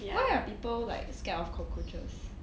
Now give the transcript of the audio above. why are people like scared of cockroaches